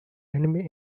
enemy